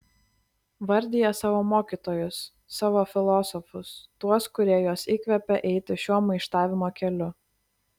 vardija savo mokytojus savo filosofus tuos kurie juos įkvėpė eiti šiuo maištavimo keliu